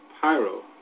pyro